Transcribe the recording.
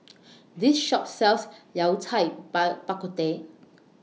This Shop sells Yao Cai Bak Kut Teh